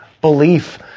belief